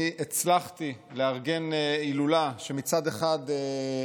אני הצלחתי לארגן הילולה שמצד אחד,